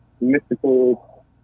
mystical